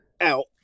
out